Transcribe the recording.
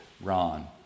Ron